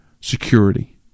security